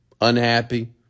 Unhappy